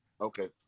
Okay